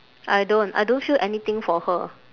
I don't I don't feel anything for her